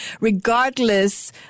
regardless